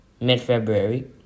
Mid-February